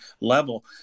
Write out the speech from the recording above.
level